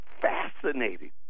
fascinating